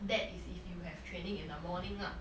that is if you have training in the morning ah